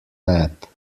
nap